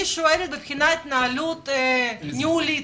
אני שואלת מבחינת התנהלות ניהולית,